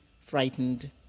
frightened